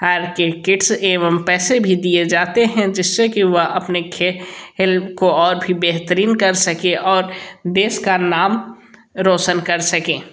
र के किट्स एवं पैसे भी दिए जाते हैं जिससे कि वह अपने खे ल को और भी बेहतरीन कर सके और देश का नाम रौशन कर सके